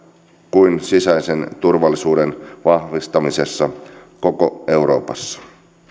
kuin myös sisäisen turvallisuuden vahvistamisessa koko euroopassa